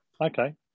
Okay